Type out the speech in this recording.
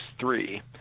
three